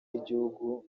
y’igihugu